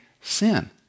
sin